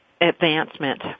advancement